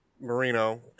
Marino